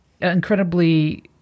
incredibly